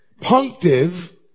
Punctive